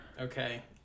Okay